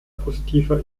positiver